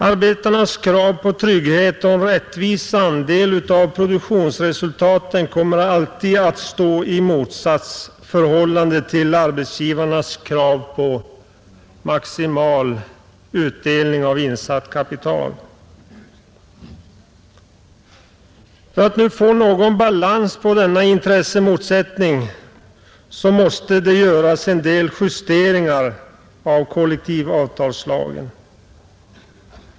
Arbetarnas krav på trygghet och rättvis andel av produktionsresultatet kommer alltid att stå i motsatsförhållande till arbetsgivarnas krav på maximal utdelning av insatt kapital. För att nu få någon balans på denna intressemotsättning måste det göras en del justeringar i kollektivavtalslagen.